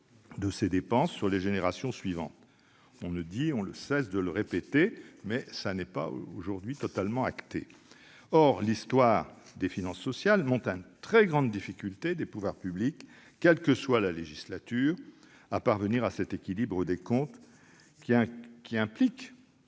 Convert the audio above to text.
de ses dépenses sur les générations suivantes- on ne cesse de le répéter, mais ce n'est pas aujourd'hui totalement acté ... De fait, l'histoire des finances sociales montre une très grande difficulté des pouvoirs publics, quelle que soit la législature, à parvenir à cet équilibre des comptes, qui implique